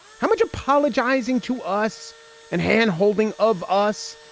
how much apologizing to us and hand-holding of us.